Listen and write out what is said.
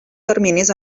terminis